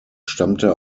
stammte